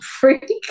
freak